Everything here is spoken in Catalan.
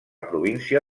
província